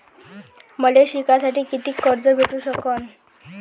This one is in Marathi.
मले शिकासाठी कितीक कर्ज भेटू सकन?